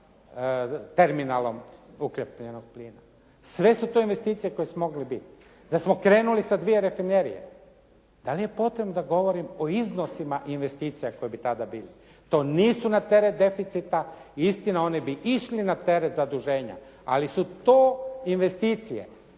terminalom ukapljenog plina. Sve su to investicije koje su mogle biti. Da smo krenuli sa dvije rafinerije. Da li je potrebno da govorim o iznosima investicija koje bi tada bile. To nisu na teret deficita i istina oni bi išli na teret zaduženja, ali su to investicije